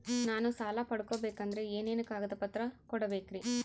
ನಾನು ಸಾಲ ಪಡಕೋಬೇಕಂದರೆ ಏನೇನು ಕಾಗದ ಪತ್ರ ಕೋಡಬೇಕ್ರಿ?